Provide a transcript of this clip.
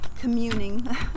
communing